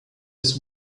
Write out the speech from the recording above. his